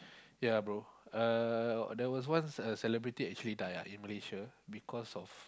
ya bro uh there was once a celebrity actually die ah in Malaysia because of